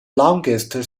longest